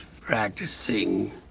practicing